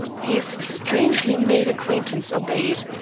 his strangely made acquaintance obeyed,